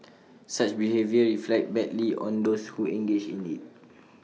such behaviour reflects badly on those who engage in IT